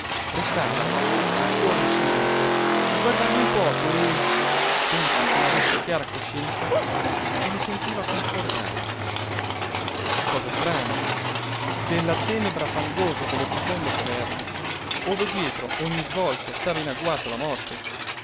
restava ancora ansimante a guardarli un poco e senza che n'avesse chiara coscienza se ne sentiva confortare cosa strana della tenebra fangosa delle profonde caverne ove dietro ogni svolto stava in agguato la morte